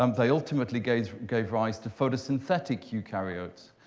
um they ultimately gave gave rise to photosynthetic eukaryotes.